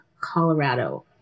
Colorado